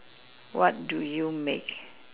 what do you make